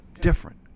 different